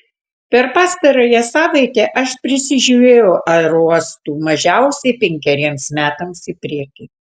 per pastarąją savaitę aš prisižiūrėjau aerouostų mažiausiai penkeriems metams į priekį